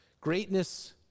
Greatness